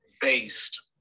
based